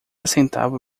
centavo